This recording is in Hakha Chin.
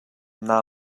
naa